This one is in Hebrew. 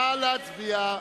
נא להצביע.